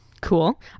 cool